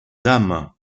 dames